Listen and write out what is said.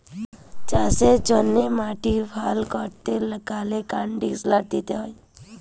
চাষের জ্যনহে মাটিক ভাল ক্যরতে গ্যালে কনডিসলার দিতে হয়